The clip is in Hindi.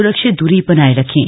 स्रक्षित दूरी बनाए रखें